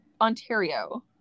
Ontario